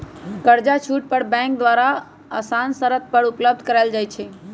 कर्जा पर छुट बैंक द्वारा असान शरत पर उपलब्ध करायल जाइ छइ